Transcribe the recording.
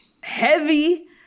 heavy